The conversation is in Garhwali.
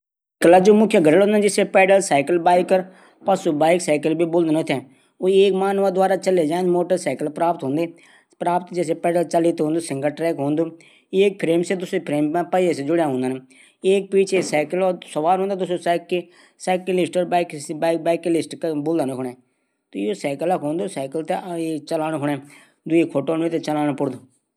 लाइट बटन एक सरल और प्रभावी उपकरण जू हमथै लाइट बल्ब थै खुन और बंद कन मा मदद करदू।